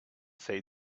say